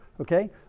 okay